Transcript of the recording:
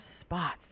spots